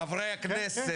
חברי הכנסת,